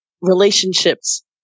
relationships